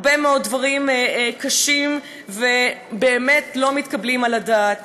הרבה מאוד דברים קשים ובאמת לא מתקבלים על הדעת.